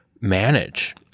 manage